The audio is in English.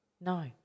no